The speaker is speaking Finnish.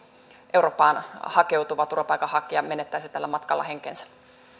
eurooppaan hakeutuva turvapaikanhakija menettäisi tällä matkalla henkensä